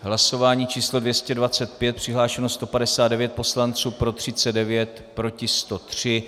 V hlasování číslo 225 přihlášeno 159 poslanců, pro 39, proti 103.